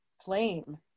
flame